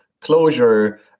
closure